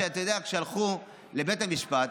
אתה יודע שהלכו לבית המשפט,